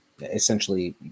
essentially